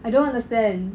I don't understand